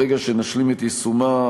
ברגע שנשלים את יישומה,